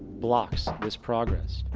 blocks this progress.